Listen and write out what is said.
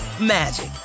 magic